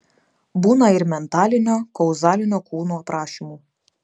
būna ir mentalinio kauzalinio kūnų aprašymų